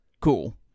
Cool